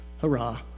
hurrah